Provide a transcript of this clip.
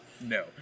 No